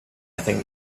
think